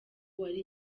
wari